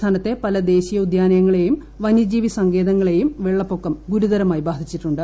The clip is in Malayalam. സംസ്ഥാനത്തെ പല ദേശീയോദ്യാനങ്ങളെയും വന്യജീവി സങ്കേത ങ്ങളെയും വെള്ളപ്പൊക്കം ഗുരുതരമായി ബാധിച്ചിട്ടുണ്ട്